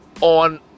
on